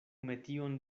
metion